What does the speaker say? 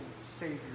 Savior